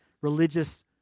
religious